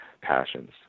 passions